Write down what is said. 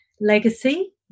Legacy